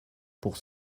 pour